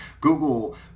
Google